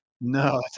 no